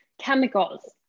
chemicals